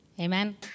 Amen